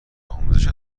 آموزش